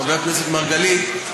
חבר הכנסת מרגלית,